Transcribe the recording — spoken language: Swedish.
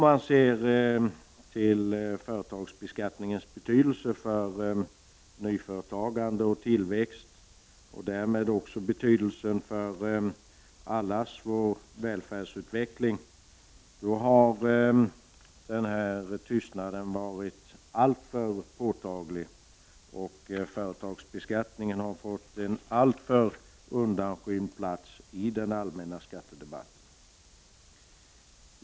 När det gäller företagsbeskattningens betydelse för nyföretagande, tillväxt och därmed också för hela välfärdsutvecklingen har tystnaden varit alltför påtaglig. Företagsbeskattningen har fått en alltför undanskymd plats i den allmänna skattedebatten.